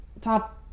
top